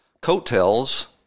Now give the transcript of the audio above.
coattails